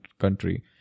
country